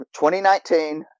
2019